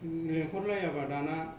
लेंहरलायाबा दाना